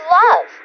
love